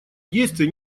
действия